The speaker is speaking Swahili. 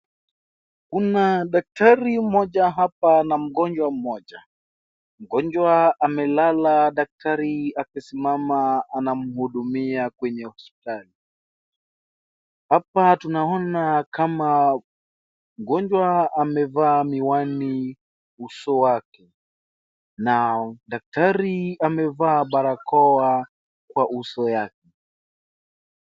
Kuna daktari mmoja hapa na mgonjwa mmoja. Mgonjwa amelala daktari akisimama anamhudumia kwenye hospitali. Hapa tunaona kama mgonjwa amevaa miwani uso wake na daktari amevaa barakoa kwa uso yake.